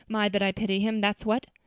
my, but i pity him, that's what.